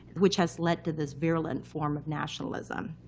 which has led to this virulent form of nationalism.